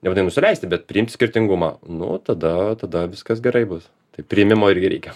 jau nenusileisti bet priimti skirtingumą nu tada tada viskas gerai bus tai priėmimo irgi reikia